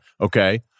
Okay